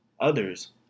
Others